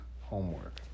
homework